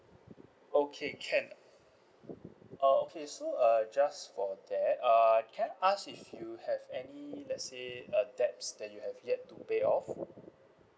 okay can uh okay so uh just for that err can I ask if you have any let's say a debts that you have yet to pay off